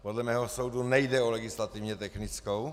Podle mého soudu nejde o legislativně technickou.